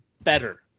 better